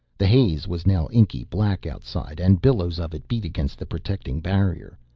the haze was now inky black outside and billows of it beat against the protecting barrier.